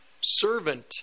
servant